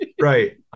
Right